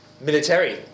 military